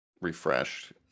refreshed